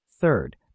Third